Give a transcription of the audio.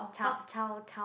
child child child